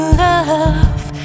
love